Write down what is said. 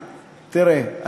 תראה,